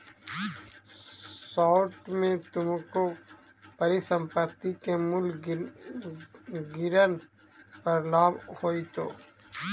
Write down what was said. short में तुमको परिसंपत्ति के मूल्य गिरन पर लाभ होईतो